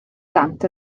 dant